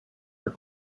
are